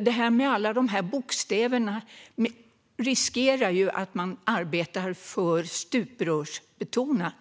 Det här med alla bokstäver gör att man riskerar att arbeta alltför stuprörsbetonat.